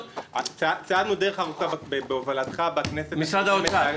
צעדנו דרך ארוכה בהובלתך בכנסת --- משרד האוצר.